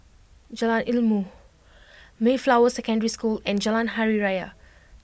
Jalan Ilmu Mayflower Secondary School and Jalan Hari Raya